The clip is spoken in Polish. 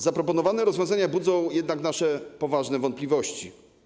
Zaproponowane rozwiązania budzą jednak nasze poważne wątpliwości.